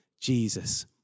Jesus